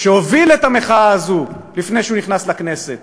שהוביל את המחאה הזאת לפני שהוא נכנס לכנסת,